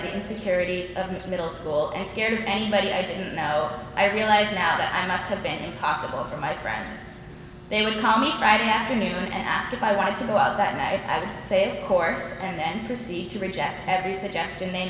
the insecurities of the middle school and scared anybody i didn't know i realize now that i must have been possible for my friends they would call me friday afternoon and asked if i wanted to go out that night i would say of course and then proceed to reject every suggestion they